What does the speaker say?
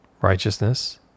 righteousness